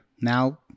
now